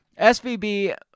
SVB